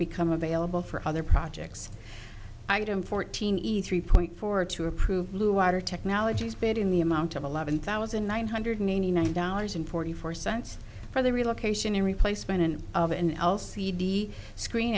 become available for other projects i get i'm fourteen e's three point four two approved blue water technologies bed in the amount of eleven thousand nine hundred ninety nine dollars and forty four cents for the relocation a replacement of an l c d screen